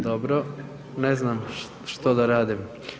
Dobro, ne znam što da radim.